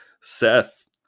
seth